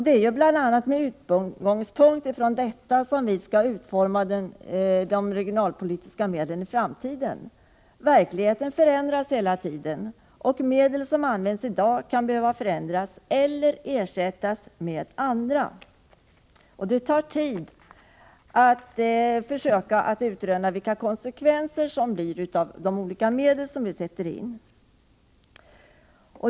Det är bl.a. med utgångspunkt från detta som vi skall utforma de regionalpolitiska medlen i framtiden. Verkligheten förändras hela tiden, och medel som används i dag kan behöva förändras eller ersättas med andra. Det tar tid att försöka utröna vilka konsekvenserna blir av olika medel som sätts in.